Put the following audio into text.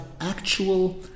actual